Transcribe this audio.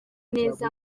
neza